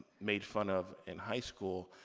made fun of in high school,